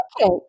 Okay